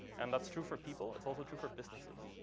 and that's true for people. it's also true for businesses.